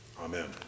amen